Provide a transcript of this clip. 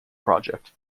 project